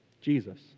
Jesus